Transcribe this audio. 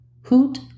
hoot